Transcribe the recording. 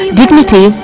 dignity